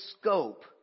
scope